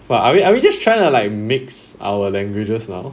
what are we are we just tryna like mix our languages now